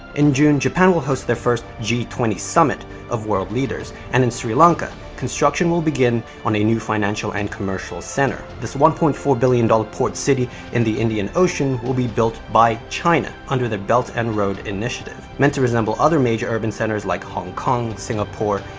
in june, japan will host their first g two zero summit of world leaders, and in sri lanka, construction will begin on a new financial and commercial center. this one point four billion dollars port city in the indian ocean will be built by china, under the belt and road initiative, meant to resemble other major urban centers like hong kong, singapore,